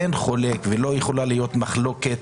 אין חולק ולא יכולה להיות מחלוקת